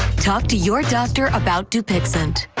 talk to your doctor about to pick cent.